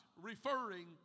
referring